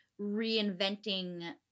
reinventing